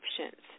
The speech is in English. options